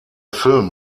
film